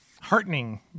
heartening